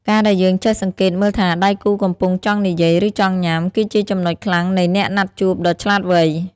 ការដែលយើងចេះសង្កេតមើលថាដៃគូកំពុងចង់និយាយ ឬចង់ញ៉ាំ គឺជាចំណុចខ្លាំងនៃអ្នកណាត់ជួបដ៏ឆ្លាតវៃ។